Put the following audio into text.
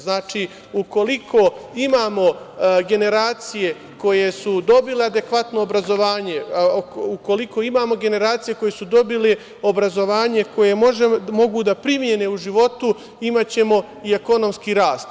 Znači, ukoliko imamo generacije koje su dobile adekvatno obrazovanje, ukoliko imamo generacije koje su dobile obrazovanje koje mogu da primene u životu imaćemo i ekonomski rast.